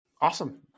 Awesome